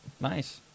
Nice